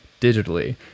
digitally